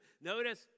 Notice